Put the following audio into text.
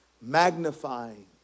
Magnifying